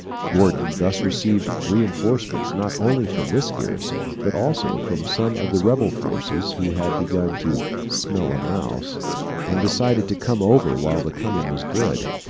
gordon thus received reinforcements not only from this garrison, but also from some of the rebel forces who had begun to smell a mouse and decided to come over while the coming was good.